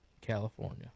California